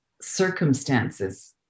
circumstances